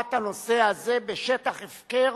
שהשארת הנושא הזה בשטח הפקר